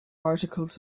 articles